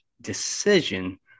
decision